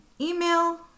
email